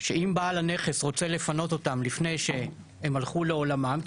שאם בעל הנכס רוצה לפנות אותם לפני שהם הלכו לעולמם,